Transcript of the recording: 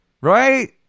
Right